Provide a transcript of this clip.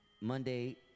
Monday